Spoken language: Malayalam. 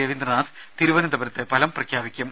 രവീന്ദ്രനാഥ് തിരുവനന്തപുരത്ത് ഫലം പ്രഖ്യാപിക്കും